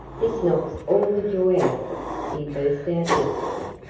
this knocks all the joy out of it, he burst out desperately.